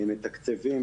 מתקצבים.